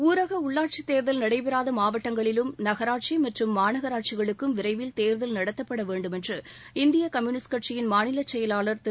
ஊரக உள்ளாட்சித் தேர்தல் நடைபெறாத மாவட்டங்களிலும் நகராட்சி மற்றும் மாநகராட்சிகளுக்கும் விரைவில் தேர்தல் நடத்தப்பட வேண்டும் என்று இந்திய கம்யூனிஸ்ட் கட்சியின் மாநிலச் செயவாளர் திரு